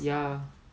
ya